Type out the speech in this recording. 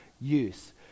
use